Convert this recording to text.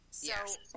Yes